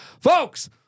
folks